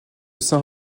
saint